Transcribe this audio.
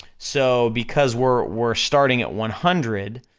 so, because we're, we're starting at one hundred,